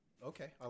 okay